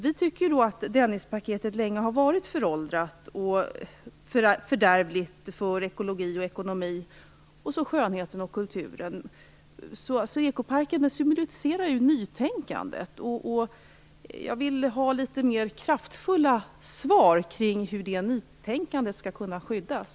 Vi tycker att Dennispaketet länge har varit föråldrat och fördärvligt såväl för ekologi och ekonomi som för skönheten och kulturen. Ekoparken symboliserar ju nytänkandet. Jag vill ha litet mer kraftfulla svar kring hur det nytänkandet skall kunna skyddas.